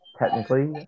technically